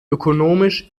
ökonomisch